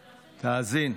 תאזין,